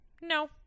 no